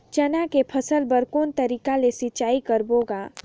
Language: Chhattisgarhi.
चना के फसल बर कोन तरीका ले सिंचाई करबो गा?